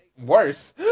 worse